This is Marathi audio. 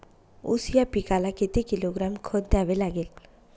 ऊस या पिकाला किती किलोग्रॅम खत द्यावे लागेल?